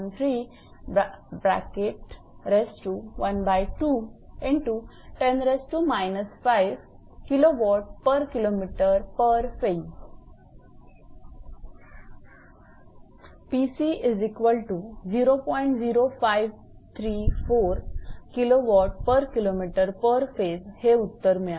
0534 𝑘𝑊𝑘𝑚𝑝ℎ𝑎𝑠𝑒 हे उत्तर मिळाले